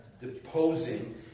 deposing